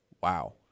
Wow